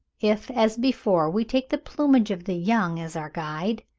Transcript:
if as before we take the plumage of the young as our guide,